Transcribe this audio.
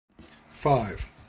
Five